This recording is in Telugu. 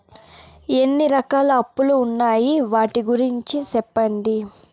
ఎన్ని రకాల అప్పులు ఉన్నాయి? వాటి గురించి సెప్పండి?